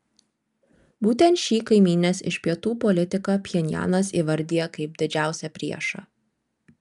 būtent šį kaimynės iš pietų politiką pchenjanas įvardija kaip didžiausią priešą